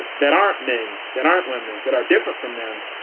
ah that aren't men, that aren't women that are different from them.